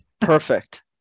Perfect